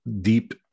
deep